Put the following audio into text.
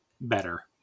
better